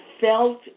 felt